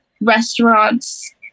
restaurants